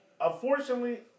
Unfortunately